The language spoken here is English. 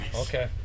Okay